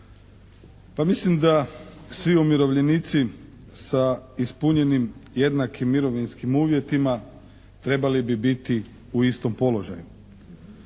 Pa mislim da svi umirovljenici sa ispunjenim jednakim mirovinskim uvjetima trebali bi biti u istom položaju.